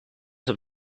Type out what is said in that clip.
have